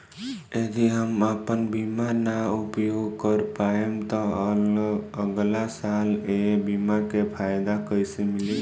यदि हम आपन बीमा ना उपयोग कर पाएम त अगलासाल ए बीमा के फाइदा कइसे मिली?